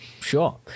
sure